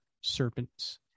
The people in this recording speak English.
serpents